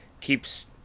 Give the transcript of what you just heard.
keeps